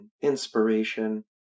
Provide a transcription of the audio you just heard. inspiration